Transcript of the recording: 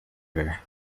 her